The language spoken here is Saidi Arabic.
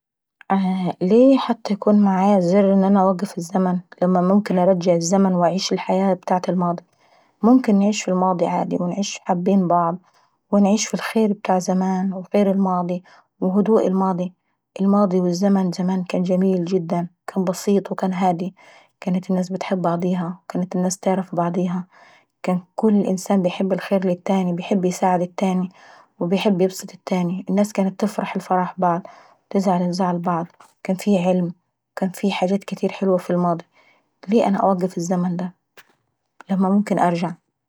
ليه حد يكون مع زرار ان انا نوقف الزمن لما ممكن انرجع الزمن ونعيش الحياة ابتعات الماضي؟ منكن انعيش ف الماضي عاداي ونعيش حابين بعض ونعيش ف الخير ابتاع الزمان خير الماضاي وهدوء الماضاي. الماضاي والزمن زمان كان جميل كان بسيط وكان هاداي، كانت الناس بتحب بعضيها وكانت الناس تعرف بعضيها، وكانت انسان بيحب الخير للتاني وبيحب ايساعد التاناي. الناس كانت تفرح لفرح بعض وتزعل لزعل بعض وكان في علم، وكان في حاجات كاتير حلوة ف الماضي. ليه انا انوقف الزمن دا لما منكن نرجعو.